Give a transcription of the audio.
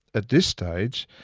at this stage,